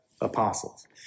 apostles